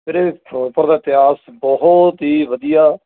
ਵੀਰੇ ਫਿਰੋਜ਼ਪੁਰ ਦਾ ਇਤਿਹਾਸ ਬਹੁਤ ਹੀ ਵਧੀਆ